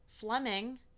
Fleming